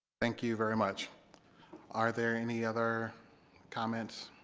thank you very much are there any other comments?